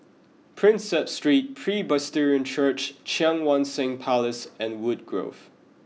Prinsep Street Presbyterian Church Cheang Wan Seng Place and Woodgrove